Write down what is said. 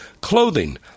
clothing